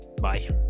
bye